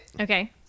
Okay